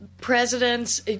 Presidents